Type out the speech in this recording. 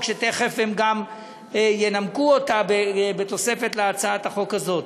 שתכף הם גם ינמקו אותה בתוספת להצעת החוק הזאת.